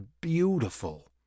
beautiful